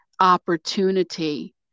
opportunity